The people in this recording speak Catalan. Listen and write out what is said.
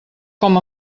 com